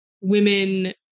women